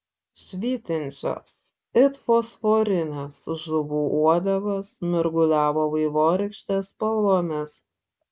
švytinčios it fosforinės žuvų uodegos mirguliavo vaivorykštės spalvomis